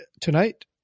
tonight